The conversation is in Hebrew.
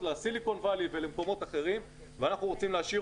לעמק סיליקון ולמקומות אחרים ואנחנו רוצים להשאיר